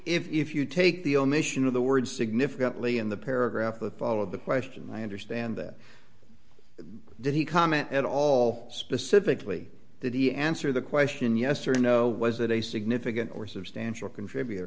if you take the omission of the word significantly in the paragraph with all of the questions i understand that did he comment at all specifically that he answer the question yes or no was it a significant or substantial contribut